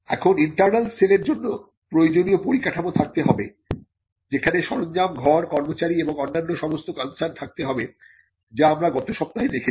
এখন internal cell এর জন্য প্রয়োজনীয় পরিকাঠামো থাকতে হবে যেখানে সরঞ্জাম ঘর কর্মচারী এবং অন্যান্য সমস্ত কনসার্ন থাকতে হবে যা আমরা গত সপ্তাহে দেখেছি